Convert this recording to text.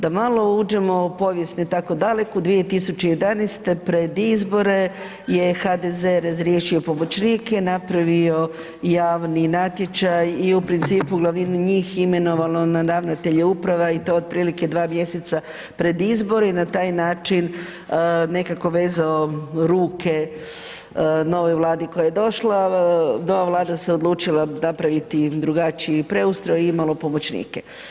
Da malo uđemo u povijest ne tako daleku, 2011. pred izbore je HDZ je razriješio pomoćnike i napravio javni natječaj i u principu u glavnini njih imenovalo na ravnatelje uprava i to otprilike 2 mjeseca pred izbore i na taj način nekako vezao ruke novoj vladi koja je došla, nova vlada se odlučila napraviti drugačiji preustroj i imalo pomoćnike.